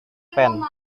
pen